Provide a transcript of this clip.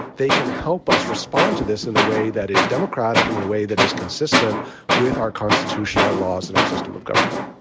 they can help us respond to this in a way that is democratic and in a way that is consistent with our constitution, our laws and our system of government